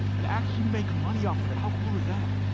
and actually make money off of it. how cool is that?